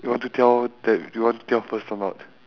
you want to tell that you want to tell first or not